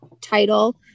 title